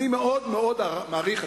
אני מאוד מאוד מעריך,